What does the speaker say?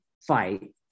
fight